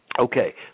Okay